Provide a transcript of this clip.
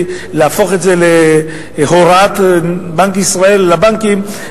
להפוך את זה להוראת בנק ישראל לבנקים,